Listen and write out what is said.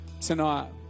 tonight